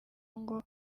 ngo